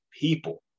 people